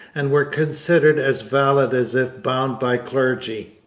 and were considered as valid as if bound by clergy.